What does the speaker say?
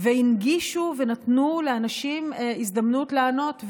והנגישו ונתנו לאנשים הזדמנות לענות.